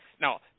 Now